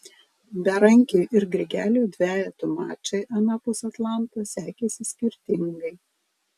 berankiui ir grigeliui dvejetų mačai anapus atlanto sekėsi skirtingai